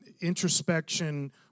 introspection